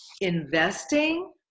investing